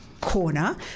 corner